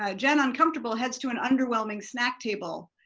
ah jen uncomfortable heads to an underwhelming snack table.